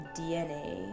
DNA